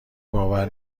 باور